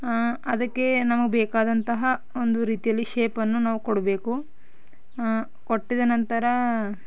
ಹಾಂ ಅದಕ್ಕೆ ನಮಗೆ ಬೇಕಾದಂತಹ ಒಂದು ರೀತಿಯಲ್ಲಿ ಶೇಪನ್ನು ನಾವು ಕೊಡಬೇಕು ಕೊಟ್ಟಿದ ನಂತರ